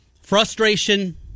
Frustration